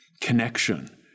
connection